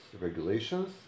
regulations